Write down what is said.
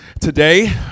today